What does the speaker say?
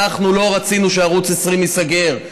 אנחנו לא רצינו שערוץ 20 ייסגר,